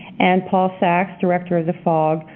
and paul sachs, director of the fogg,